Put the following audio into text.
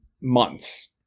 months